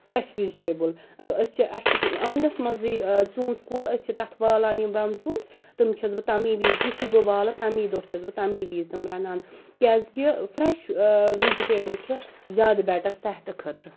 fresh vegetable أسۍ چھِ اسہِ چھِ آنٛگنَس منٛزٕے ژوٗنٛٹھۍ کُل أسۍ چھِ تَتھ والان یِم بَمژوٗنٛٹھۍ تم چھس بہٕ تَمی وِز یُتھُے بہٕ والہٕ تَمی دۄہ چھس بہٕ تَمی وِز رَنان کیازکہِ فریٚش وِجٹیبٕل چھُ زیادٕ بیٹَر صحتہٕ خٲطرٕ